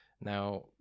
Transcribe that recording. Now